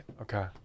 Okay